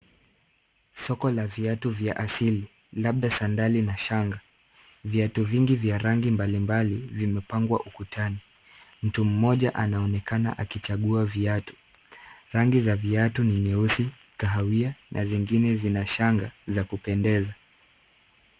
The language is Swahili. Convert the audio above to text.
Soko la viatu vya asili labda sandali na shanga. Viatu vingi vya rangi mbalimbali vimepangwa ukutani. Mtu mmoja anaonekana akichagua viatu. Rangi za viatu ni nyeusi, kahawia na zingine zinashanga za kupendeza.